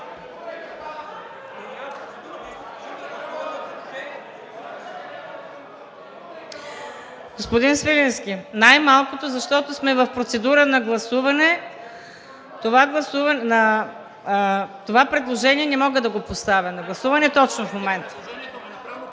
Господин Свиленски, най-малкото защото сме в процедура на гласуване, това предложение не мога да го поставя на гласуване точно в момента.